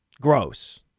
Gross